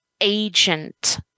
agent